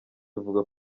ivuga